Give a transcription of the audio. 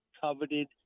coveted